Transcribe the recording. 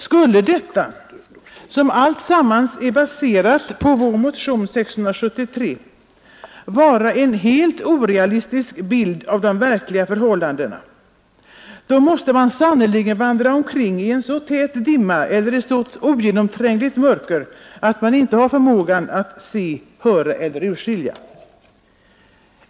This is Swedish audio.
Skulle detta, som alltsammans är baserat på vår motion 673, vara en helt orealistisk bild av förhållandena? Tycker man det, måste man sannerligen vandra omkring i så tät dimma eller så ogenomträngligt mörker att man inte har förmåga att se, höra eller urskilja.